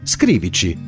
Scrivici